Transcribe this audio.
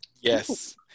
Yes